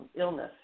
illness